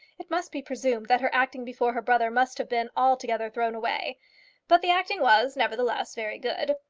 it must be presumed that her acting before her brother must have been altogether thrown away but the acting was, nevertheless, very good.